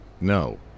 No